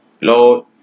Lord